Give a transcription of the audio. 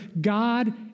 God